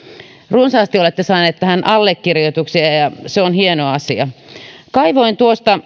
runsaasti olette saaneet tähän allekirjoituksia ja ja se on hieno asia kaivoin